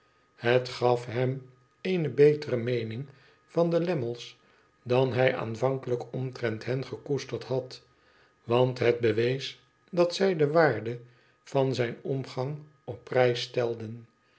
het gaf hem eene betere meening van de lammle s dan hij aanvankelijk omtrent hen gekoesterd had want het bewees dat zij de waarde van zijn omgang op prijs stelden